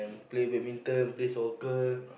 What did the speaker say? play badminton play soccer